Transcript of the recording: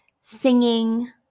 Singing